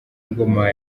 ingoma